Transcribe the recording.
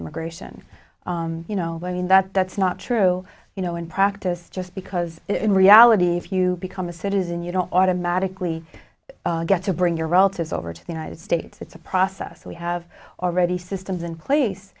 immigration you know i mean that that's not true you know in practice just because in reality if you become a citizen you don't automatically get to bring your relatives over to the united states it's a process we have already systems in place